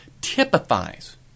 typifies